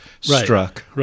struck